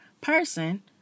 person